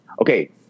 Okay